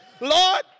Lord